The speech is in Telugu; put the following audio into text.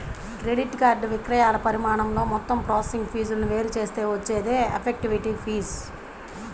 క్రెడిట్ కార్డ్ విక్రయాల పరిమాణంతో మొత్తం ప్రాసెసింగ్ ఫీజులను వేరు చేస్తే వచ్చేదే ఎఫెక్టివ్ ఫీజు